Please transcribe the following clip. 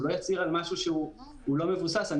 שהוא לא יצהיר על משהו שהוא לא מבוסס.